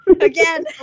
Again